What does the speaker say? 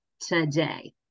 today